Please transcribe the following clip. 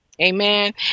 Amen